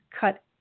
cut